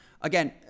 Again